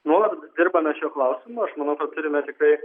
nuolat dirbame šiuo klausimu aš manau kad turime tikrai